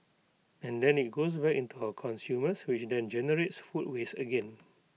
and then IT goes back into our consumers which then generates food waste again